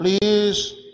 Please